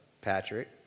Patrick